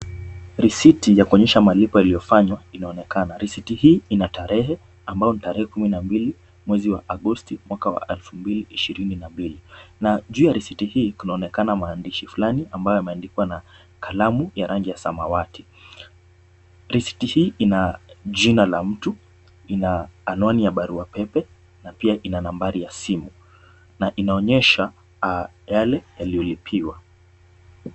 Risiti ya kuonyesha malipo yaliyofanywa inaonekana. Risiti hii ina tarehe ambayo ni tarehe kumi na mbili, mwezi wa Agosti, mwaka wa elfu mbili ishirini na mbili. Na juu ya risiti hii kunaonekana maandishi fulani ambayo yameandikwa na kalamu ya rangi ya samawati. Risiti hii ina jina la mtu, ina anwani ya barua pepe, na pia ina nambari ya simu. Na inaonyesha yale yaliyolipiwa.